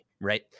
Right